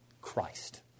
Christ